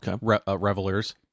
revelers